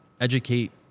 educate